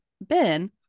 Ben